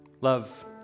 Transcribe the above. Love